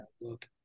look